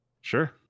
Sure